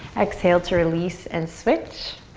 exhale to release and switch.